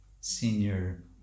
senior